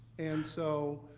and so,